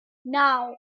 now